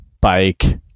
bike